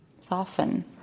Soften